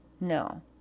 No